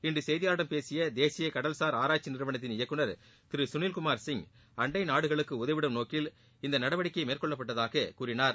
இன்று செய்தியாளர்களிடம் பேசிய தேசிய கடல்சார் ஆராய்ச்சி நிறுவனத்தின் இயக்குநர் திரு சுனில் குமார் சிங் அண்டை நாடுகளுக்கு உதவிடும் நோக்கில் இந்த நடவடிக்கை மேற்கொள்ளப்பட்டாக கூறினார்